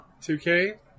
2K